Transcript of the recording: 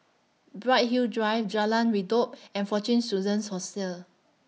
Bright Hill Drive Jalan Redop and Fortune Students Hostel